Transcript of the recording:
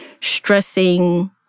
stressing